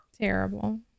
Terrible